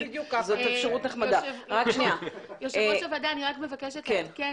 יושבת ראש הוועדה, אני רק מבקשת לעדכן